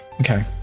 okay